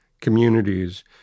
communities